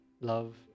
Love